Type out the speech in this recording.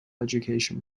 education